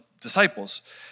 disciples